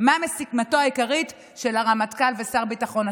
משימתם העיקרית של הרמטכ"ל ושל שר ביטחון.